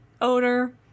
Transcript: odor